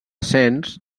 sens